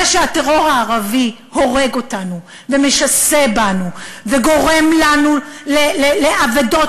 זה שהטרור הערבי הורג אותנו ומשסה בנו וגורם לנו לאבדות,